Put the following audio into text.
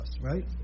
right